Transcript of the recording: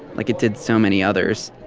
like it did so many others.